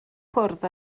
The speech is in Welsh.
cwrdd